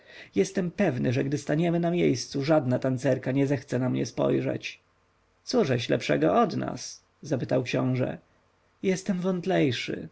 jestem pewny że gdy staniemy na miejscu żadna tancerka nie zechce na mnie spojrzeć cóżeś lepszego od nas spytał książę jestem wątlejszy